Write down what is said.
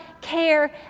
care